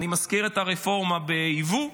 אני מזכיר את הרפורמה ביבוא,